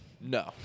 No